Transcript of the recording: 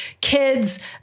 kids